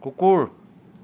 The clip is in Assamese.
কুকুৰ